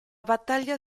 battaglia